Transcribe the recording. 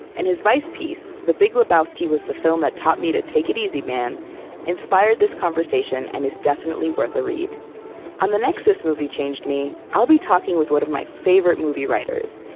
and his vice piece the big lebowski was the film that taught me to take it easy, man inspired this conversation and is definitely worth a read on the next this movie changed me, i'll be talking with one of my favorite movie writers,